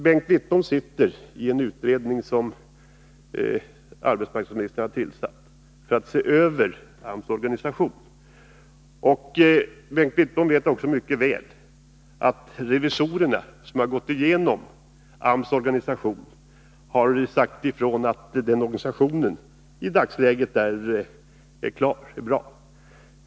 Bengt Wittbom sitter i en utredning som arbetsmarknadsministern har tillsatt för att se över AMS organisation. Bengt Wittbom vet också mycket väl att revisorerna, som har gått igenom AMS organisation, har sagt att organisationen i dagsläget är bra.